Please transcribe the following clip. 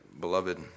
beloved